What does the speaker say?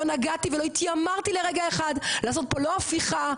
לא נגעתי ולא התיימרתי לרגע אחד לעשות פה לא הפיכה,